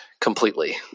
completely